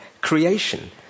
creation